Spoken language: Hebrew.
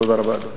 תודה רבה, אדוני.